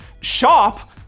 shop